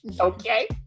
Okay